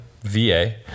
va